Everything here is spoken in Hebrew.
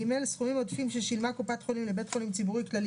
(ג)סכומים עודפים ששילמה קופת חולים לבית חולים ציבורי כללי